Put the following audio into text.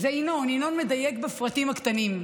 זה ינון, ינון מדייק בפרטים הקטנים.